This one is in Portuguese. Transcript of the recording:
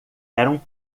eram